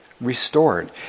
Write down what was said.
restored